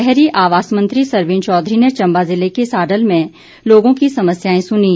शहरी आवास मंत्री संरवीण चौधरी ने चम्बा जिले के साडल में लोगों की समस्याएं सुनीं